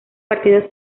partidos